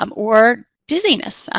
um or dizziness,